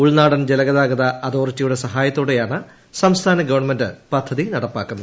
ഉൾനാടൻ ജലഗതാഗത അതോറിറ്റിയുടെ സഹായത്തോടെയാണ് സംസ്ഥാൻ ഗവൺമെന്റ് പദ്ധതി നടപ്പാക്കുന്നത്